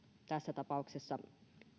tässä tapauksessa